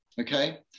okay